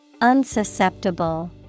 Unsusceptible